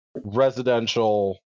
residential